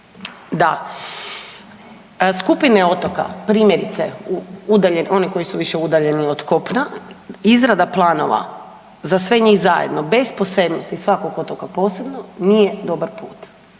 da skupine otoka primjerice oni koji su više udaljeni od kopna, izrada planova za sve njih zajedno bez posebnosti svakog otoka posebno nije dobar put.